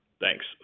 thanks